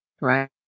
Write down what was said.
right